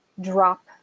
drop